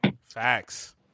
Facts